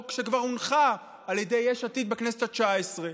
שכבר הונחה על ידי יש עתיד בכנסת התשע-עשרה,